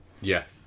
yes